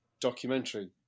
documentary